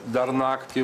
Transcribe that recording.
dar naktį